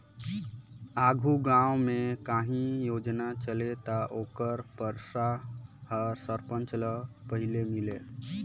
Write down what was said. आघु गाँव में काहीं योजना चले ता ओकर पइसा हर सरपंच ल पहिले मिले